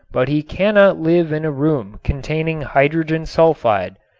but he cannot live in a room containing hydrogen sulfide.